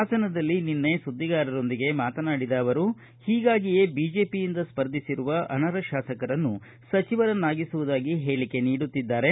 ಹಾಸನದಲ್ಲಿ ನಿನ್ನೆ ಸುದ್ದಿಗಾರರೊಂದಿಗೆ ಮಾತನಾಡಿದ ಅವರು ಹೀಗಾಗಿಯೇ ಬಿಜೆಪಿಯಿಂದ ಸ್ಪರ್ಧಿಸಿರುವ ಅನರ್ಹ ಶಾಸಕರನ್ನು ಸಚಿವರನ್ನಾಗಿಸುವುದಾಗಿ ಹೇಳಿಕೆ ನೀಡುತ್ತಿದ್ದಾರೆ